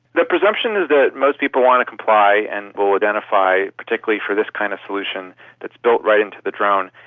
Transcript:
the presumption is that most people want to comply and will identify particularly for this kind of solution that is built right into the drone,